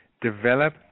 develop